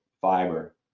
fiber